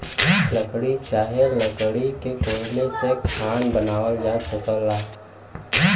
लकड़ी चाहे लकड़ी के कोयला से खाना बनावल जा सकल जाला